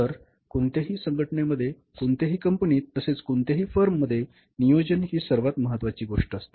तर कोणत्याही संघटने मध्ये कोणत्याही कंपनीत तसेच कोणत्याही फर्म मध्ये नियोजन ही सर्वात महत्वाची गोष्ट असते